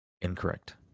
Incorrect